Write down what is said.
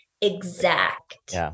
exact